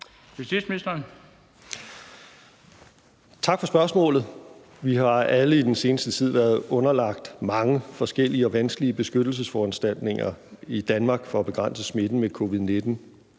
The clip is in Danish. (Nick Hækkerup): Tak for spørgsmålet. Vi har alle i den seneste tid været underlagt mange forskellige og vanskelige beskyttelsesforanstaltninger i Danmark for at begrænse smitten med covid-19.